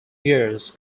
years